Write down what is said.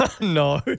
no